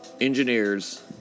engineers